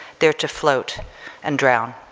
there to float and drown.